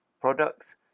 products